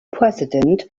president